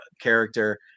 character